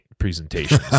presentations